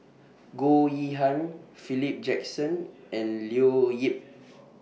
Goh Yihan Philip Jackson and Leo Yip